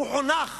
הוא חונך